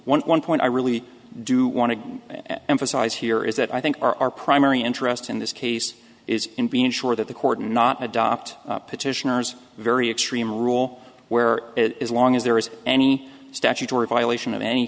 one point i really do want to emphasize here is that i think our primary interest in this case is in being sure that the court and not adopt petitioners very extreme rule where it as long as there is any statutory violation of any